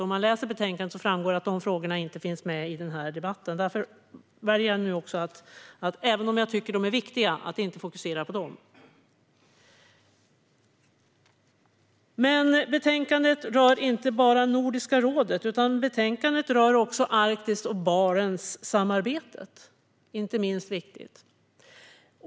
Om man läser betänkandet framgår det att de frågorna inte finns med i den här debatten. Därför väljer jag nu också att inte fokusera på dem, även om jag tycker att de är viktiga. Men betänkandet rör inte bara Nordiska rådet, utan också Arktis och Barentssamarbetet. Det är inte minst viktigt.